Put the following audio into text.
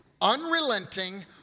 unrelenting